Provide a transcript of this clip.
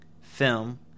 film